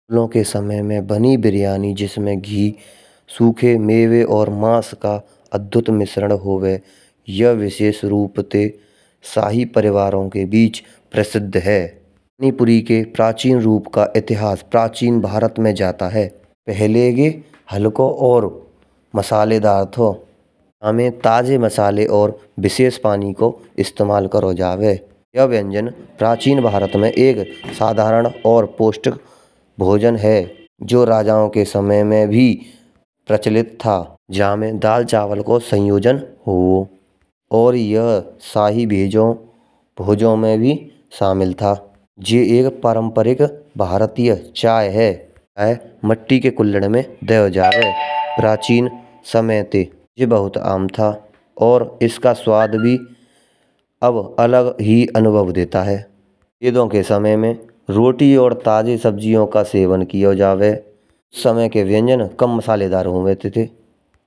लो के समय में बनी बिरयानी जिसमें घी, सुखे मेवे और माँस का अद्भुत मिश्रण होवे। यह विशेष रूप से शाही परिवारों के बीच प्रसिद्ध है। अपनी पूरी के प्राचीन रूप का इतिहास प्राचीन भारत में जाता है। पहले यह हल्कों और मसालेदार थो, हमें ताज़े मसाले और विशेष पानी को इस्तेमाल करो जावे। यो व्यंजन प्राचीन भारत में एक साधारण और पोष्टिक भोजन है। जो राजाओं के समय में भी प्रचलित था। जा में दाल चावल को संयोजन हो। और यह सही भोजनों-भोजों में भी शामिल था। जे एक पारंपरिक भारतीय चाय है। मिट्टी के कुल्हड़ में परोसा जावे। प्राचीन समय ते जे बहुत आम था, और इसका स्वाद भी अब अलग ही अनुभव देता है। वेदों के समय में रोटी और ताज़ी सब्ज़ियों का सेवन किया जावे। समय के व्यंजन कम मसालेदार होते थे।